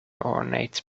ornate